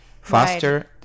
Faster